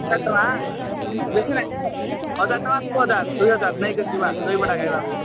ହଜାର ଟଙ୍କା ବେଶୀ ନାଇଁ ତ ହଜାର ଟଙ୍କା ଦୁଇ ହଜାର ନେଇକି ଯିବା ଦହିବରା ଖାଇବାକୁ